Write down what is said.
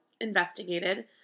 investigated